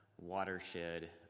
watershed